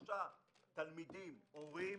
93 הורים